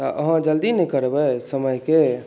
अहाँ जल्दी ने करबै समयके